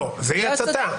זאת תהיה הצתה.